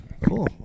Cool